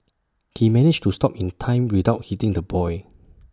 he managed to stop in time without hitting the boy